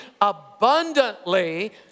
abundantly